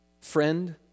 friend